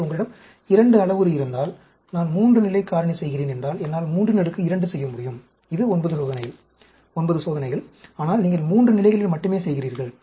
எனவே உங்களிடம் 2 அளவுரு இருந்தால் நான் 3 நிலை காரணி செய்கிறேன் என்றால் என்னால் 32 செய்ய முடியும் இது 9 சோதனைகள் ஆனால் நீங்கள் 3 நிலைகளில் மட்டுமே செய்கிறீர்கள்